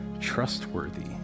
trustworthy